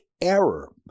error